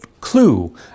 clue